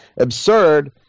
absurd